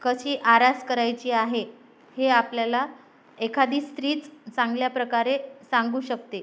कशी आरास करायची आहे हे आपल्याला एखादी स्त्रीच चांगल्या प्रकारे सांगू शकते